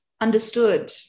understood